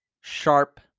sharp